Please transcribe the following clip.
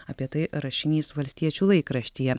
apie tai rašinys valstiečių laikraštyje